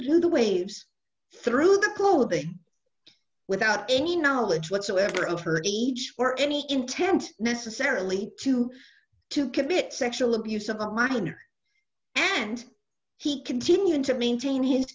through the waves through the clothing without any knowledge whatsoever of her age or any content necessarily to to commit sexual abuse of a minor and he continued to maintain his